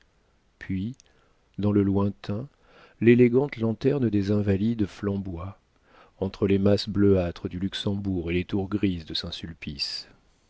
puis dans le lointain l'élégante lanterne des invalides flamboie entre les masses bleuâtres du luxembourg et les tours grises de saint-sulpice